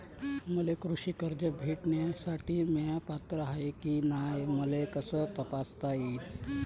मले कृषी कर्ज भेटन यासाठी म्या पात्र हाय की नाय मले कस तपासता येईन?